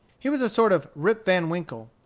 he was a sort of rip van winkle.